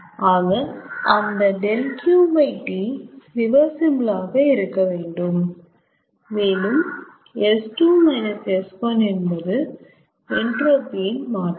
ஆக அந்த 𝛿𝑄𝑇 ரிவர்சிபிள் ஆக இருக்கவேண்டும் மேலும் என்பது என்ட்ரோபி இன் மாற்றம்